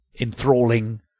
enthralling